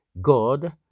God